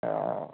অঁ